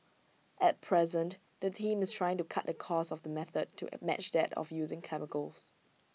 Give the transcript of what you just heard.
at present the team is trying to cut the cost of the method to match that of using chemicals